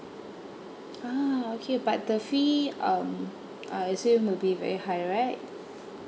ah okay but the fee um I assume will be very high right